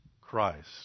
Christ